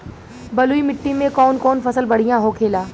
बलुई मिट्टी में कौन कौन फसल बढ़ियां होखेला?